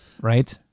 right